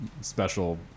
special